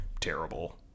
terrible